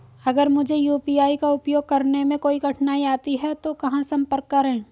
अगर मुझे यू.पी.आई का उपयोग करने में कोई कठिनाई आती है तो कहां संपर्क करें?